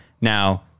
Now